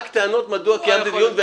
רק טענות מדוע קיימתי דיון,